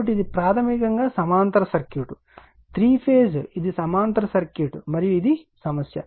కాబట్టి ఇది ప్రాథమికంగా సమాంతర సర్క్యూట్ 3 ఫేజ్ ఇది సమాంతర సర్క్యూట్ మరియు ఇది సమస్య